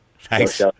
thanks